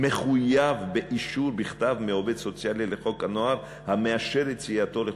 מחויב באישור בכתב מעובד סוציאלי לפי חוק הנוער המאשר יציאתו לחופשה.